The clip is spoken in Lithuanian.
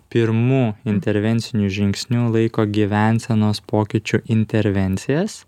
pirmu intervenciniu žingsniu laiko gyvensenos pokyčių intervencijas